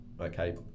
okay